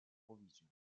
provisions